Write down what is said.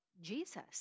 Jesus